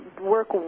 work